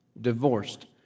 divorced